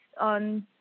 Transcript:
on